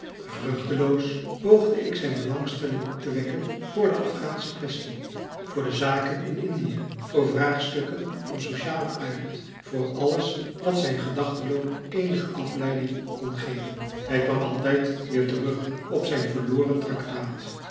vruchteloos poogde ik zijn belangstelling op te wekken voor de afghaansche quaestie voor de zaken in indië voor vraagstukken van socialen aard voor alles wat zijn gedachtenloop eenige afleiding kon geven hij kwam altijd weer terug op zijn verloren